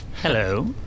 Hello